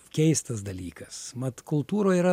keistas dalykas mat kultūroj yra